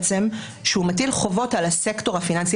שהוא מטיל חובות על הסקטור הפיננסי.